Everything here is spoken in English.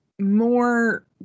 more